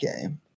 game